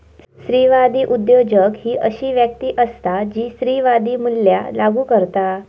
स्त्रीवादी उद्योजक ही अशी व्यक्ती असता जी स्त्रीवादी मूल्या लागू करता